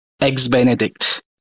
ex-Benedict